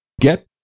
get